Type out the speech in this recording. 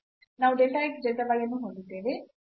ನಾವು delta x delta y ಅನ್ನು ಹೊಂದಿದ್ದೇವೆ